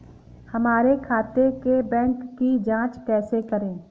हमारे खाते के बैंक की जाँच कैसे करें?